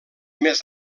més